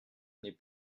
n’est